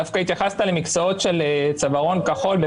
דווקא התייחסת למקצועות של צווארון כחול,